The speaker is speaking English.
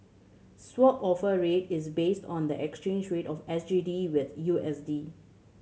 Swap Offer Rate is based on the exchange rate of S G D with U S D